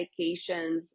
medications